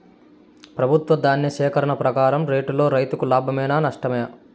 ప్రభుత్వం ధాన్య సేకరణ ప్రకారం రేటులో రైతుకు లాభమేనా నష్టమా?